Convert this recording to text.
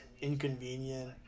inconvenient